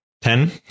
Ten